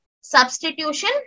substitution